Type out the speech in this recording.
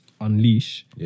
unleash